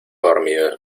dormido